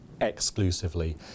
exclusively